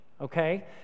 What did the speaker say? okay